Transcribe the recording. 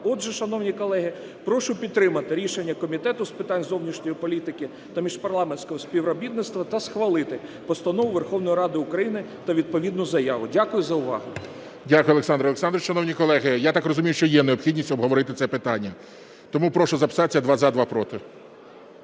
Отже, шановні колеги, прошу підтримати рішення Комітету з питань зовнішньої політики та міжпарламентського співробітництва та схвалити Постанову Верховної Ради України та відповідну заяву. Дякую за увагу. ГОЛОВУЮЧИЙ. Дякую, Олександре Олександровичу. Шановні колеги, я так розумію, що є необхідність обговорити це питання. Тому прошу записатися: два – за, два – проти.